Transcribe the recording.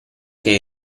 che